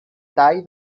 tall